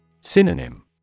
Synonym